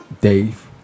Dave